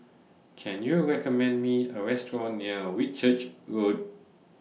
Can YOU recommend Me A Restaurant near Whitchurch Road